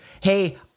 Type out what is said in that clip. hey